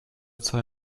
zwei